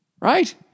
Right